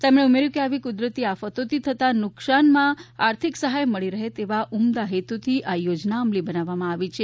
તેમણે ઉમેર્યું હતું કે આવી કુદરતી આફતોથી થતી નુકસાનીમાં આર્થિક સહાય મળી રહે તેવા ઉમદા હેતુથી આ યોજના અમલી બનાવવામાં આવી છે